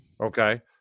okay